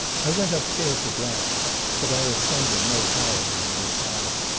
i went upstairs at last but i ascended no higher than the sala.